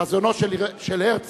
חזונו של הרצל